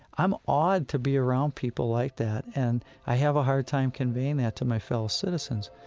i'm awed to be around people like that, and i have a hard time conveying that to my fellow citizens,